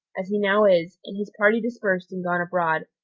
as he now is, and his party dispersed and gone abroad,